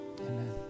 Amen